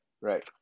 right